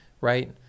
right